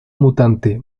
mutante